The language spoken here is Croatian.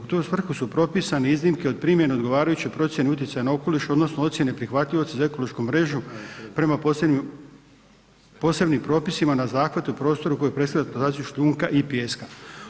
U tu svrhu su propisane iznimke od primjene odgovarajuće procijene utjecaja na okoliš odnosno ocijene prihvatljivosti za ekološku mrežu prema posebnim propisima na zahvatu i prostoru kojeg predstavlja eksploataciju šljunka i pijeska.